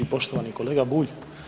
Poštovani kolega Bulj.